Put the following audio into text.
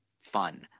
fun